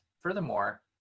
furthermore